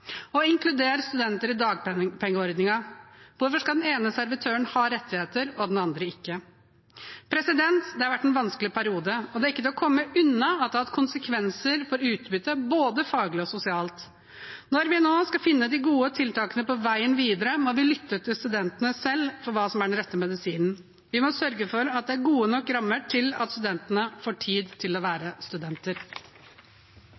studenter i dagpengeordningen. Hvorfor skal den ene servitøren ha rettigheter og den andre ikke? Det har vært en vanskelig periode, og det er ikke til å komme unna at det har hatt konsekvenser for utbyttet både faglig og sosialt. Når vi nå skal finne de gode tiltakene for veien videre, må vi lytte til studentene selv for å finne den rette medisinen. Vi må sørge for at det er gode nok rammer til at studentene får tid til å